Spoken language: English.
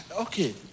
Okay